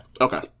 Okay